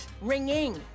ringing